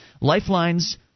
Lifelines